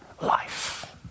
life